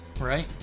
right